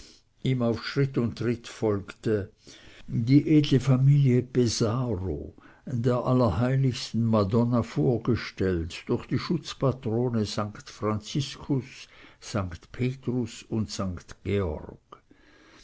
ihm auf schritt und tritt folgte die edle familie pesaro der allerheiligsten madonna vorgestellt durch die schutzpatrone st franziskus st petrus und st georg